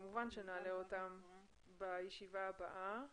כמובן שנעלה אותם בישיבה הבאה.